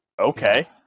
okay